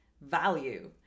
value